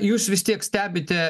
jūs vis tiek stebite